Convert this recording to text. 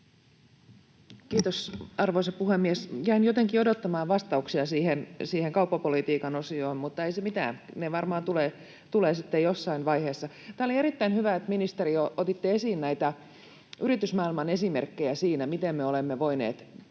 Kiitos, arvoisa puhemies! Jäin jotenkin odottamaan vastauksia siihen kauppapolitiikan osioon, mutta ei se mitään. Ne varmaan tulevat sitten jossain vaiheessa. Tämä oli erittäin hyvä, ministeri, että otitte esiin näitä yritysmaailman esimerkkejä siinä, miten me olemme voineet tehdä